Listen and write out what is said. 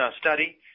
study